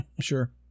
Sure